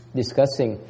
discussing